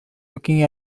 looking